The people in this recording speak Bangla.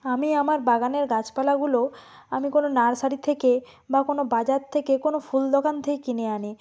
আমি আমার বাগানের গাছপালাগুলো আমি কোনো নার্সারি থেকে বা কোনো বাজার থেকে কোনো ফুল দোকান থেকে কিনে আনি